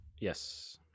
Yes